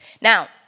Now